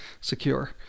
secure